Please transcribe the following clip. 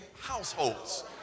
households